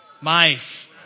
mice